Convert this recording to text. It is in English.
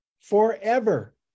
Forever